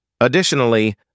Additionally